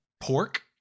pork